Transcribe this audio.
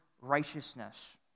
righteousness